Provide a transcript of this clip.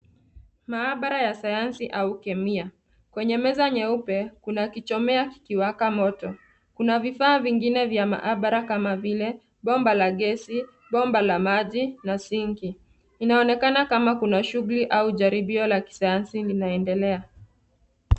Mahabara ya sayansi au kemia. Kwenye meza nyeupe kuna kichomea kikiwaka moto. Kuna vifaa vingine vya mahabara kama vile bomba la gesi, bomba la maji na sinki. Inaonekana kama kuna shughuli au jaribio la kisayansi linaendelea.